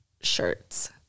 shirts